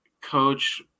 Coach